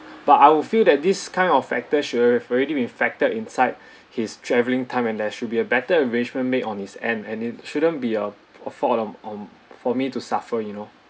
but I will feel that this kind of factors should have already been factored inside his travelling time and there should be a better arrangement made on his end and it shouldn't be a a fault of um for me to suffer you know